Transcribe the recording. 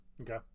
Okay